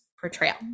portrayal